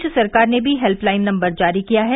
प्रदेश सरकार ने भी हेल्पलाइन नम्बर जारी किया है